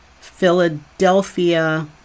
Philadelphia